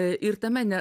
ir tame ne